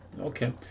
Okay